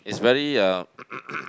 it's very uh